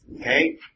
Okay